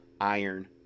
iron